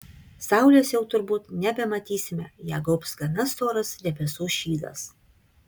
saulės jau turbūt nebematysime ją gaubs gana storas debesų šydas